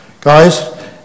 guys